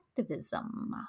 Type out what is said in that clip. activism